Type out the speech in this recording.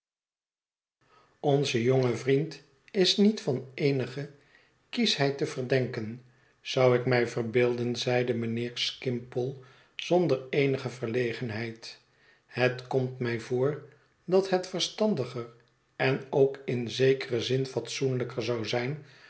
onze jonge vriend is niet van eenige kieschheid te verdenken zou ik mij verbeelden zeide mijnheer skimpole zonder eenige verlegenheid het komt mij voor dat het verstandiger en ook in zekeren zin fatsoenlijker zou zijn